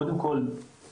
קודם כל התקנים,